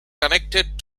connected